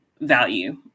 value